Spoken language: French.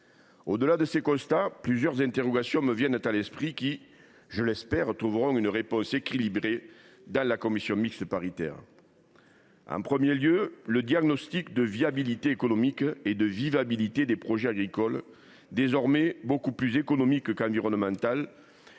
Au delà de ces constats, plusieurs interrogations me viennent à l’esprit. J’espère qu’elles trouveront une réponse équilibrée dans la commission mixte paritaire. D’abord, le diagnostic de viabilité économique et de vivabilité des projets agricoles, désormais beaucoup plus économique qu’environnementale,